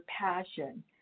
passion